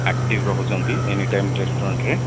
active ରହୁଛନ୍ତି any time ରେଷ୍ଟୁରାଣ୍ଟ୍ରେ